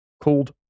called